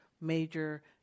major